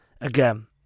Again